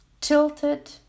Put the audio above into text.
tilted